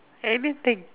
anything